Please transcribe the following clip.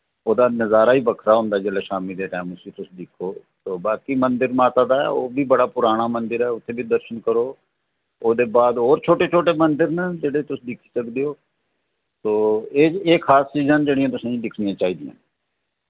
ओह्दा नजारा ही बक्खरा होंदा ऐ जिल्लै शामी दे टैम तुस दिक्खो ते बाकी मंदर माता दा ऐ ओह् बी बड़ा पराना मंदर ऐ उत्थै बी दर्शन करो ओह्दे बाद होर बी छोटे छोटे मंदर न जेह्ड़े तुस दिक्खी सकदे ओ तो एह् खास चीजां न जेह्ड़ियां तुसेें गी दिक्खनियां चाहि दियां न